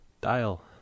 Dial